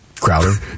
Crowder